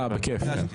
אה, בכיף.